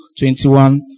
21